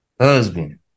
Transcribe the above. Husband